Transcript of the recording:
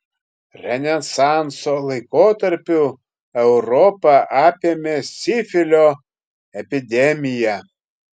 renesanso laikotarpiu europą apėmė sifilio epidemija